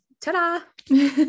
ta-da